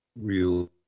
real